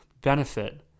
benefit